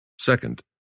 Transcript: Second